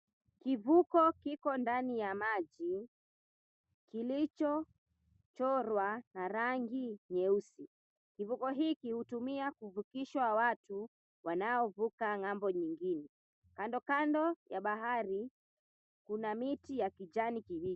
Kivuko kiko ndani ya maji kilichochorwa na rangi nyeusi. Kivuko hiki hutumika kuvukisha watu wanaovuka ng'ambo nyingine. Kando kando ya bahari kuna miti ya kijani kibichi.